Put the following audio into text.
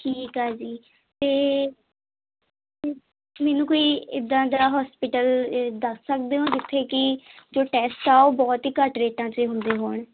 ਠੀਕ ਆ ਜੀ ਤੇ ਮੈਨੂੰ ਕੋਈ ਇਦਾਂ ਦਾ ਹੋਸਪਿਟਲ ਦੱਸ ਸਕਦੇ ਹੋ ਜਿੱਥੇ ਕਿ ਜੋ ਟੈਸਟ ਆ ਉਹ ਬਹੁਤ ਹੀ ਘੱਟ ਰੇਟਾਂ ਤੇ ਹੁੰਦੇ ਹੋਣ